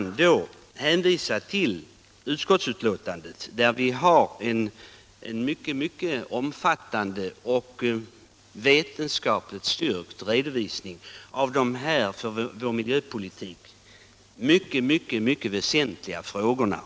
Jag vill hänvisa till utskottsbetänkandet, där vi har en synnerligen omfattande och vetenskapligt styrkt redovisning av de här för vår miljöpolitik mycket väsentliga frågorna.